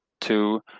two